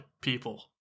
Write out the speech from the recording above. people